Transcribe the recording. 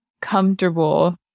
comfortable